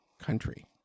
country